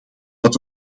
dat